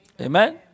Amen